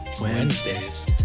wednesdays